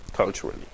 culturally